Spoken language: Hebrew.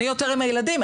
אני יותר עם הילדים,